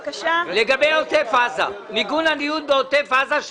בבקשה, לגבי מיגון הניוד בעוטף עזה.